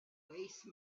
waste